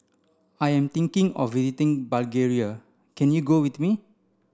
I am thinking of visiting Bulgaria can you go with me